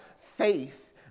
faith